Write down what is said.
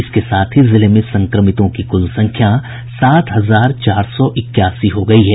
इसके साथ ही जिले में संक्रमितों की कुल संख्या सात हजार चार सौ इक्यासी हो गयी है